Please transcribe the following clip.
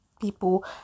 people